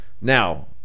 now